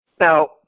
Now